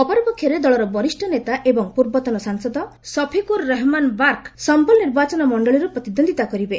ଅପରପକ୍ଷରେ ଦଳର ବରିଷ୍ଠ ନେତା ଏବଂ ପୂର୍ବତନ ସାଂସଦ ସଫିକୁର ରେହମାନ୍ ବାର୍କ ସମ୍ଭଲ ନିର୍ବାଚନ ମଶ୍ଚଳୀରୁ ପ୍ରତିଦ୍ୱନ୍ଦିତା କରିବେ